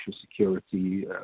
Security